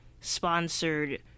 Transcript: sponsored